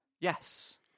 Yes